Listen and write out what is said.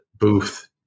Booth